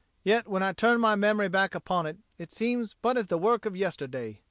yet when i turn my memory back upon it, it seems but as the work of yesterday.